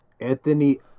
Anthony